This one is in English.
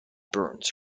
burns